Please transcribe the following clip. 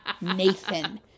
Nathan